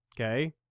okay